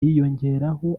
hiyongeraho